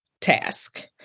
task